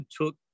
took